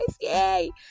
Yay